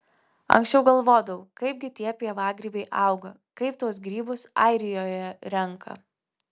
anksčiau galvodavau kaipgi tie pievagrybiai auga kaip tuos grybus airijoje renka